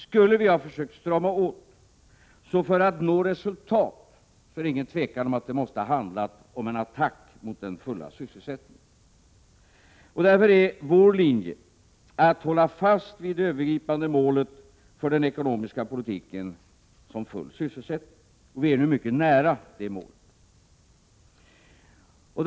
Skulle vi ha försökt strama åt, då hade det utan tvivel handlat om en attack mot den fulla sysselsättningen för att nå resultat. Vår linje är att hålla fast vid det övergripande målet för den ekonomiska politiken, nämligen full sysselsättning. Vi är mycket nära det målet.